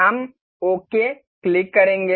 हम okay click करेंगे